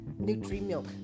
Nutri-milk